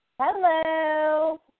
Hello